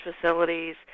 facilities